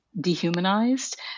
dehumanized